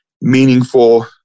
meaningful